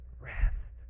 rest